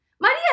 Maria